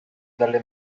dalle